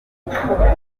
kwanga